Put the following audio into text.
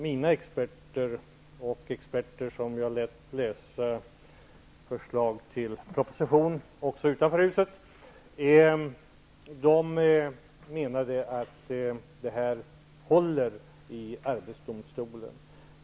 Mina experter och experter utanför huset som jag lät läsa förslaget till proposition menade att detta håller i arbetsdomstolen.